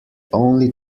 only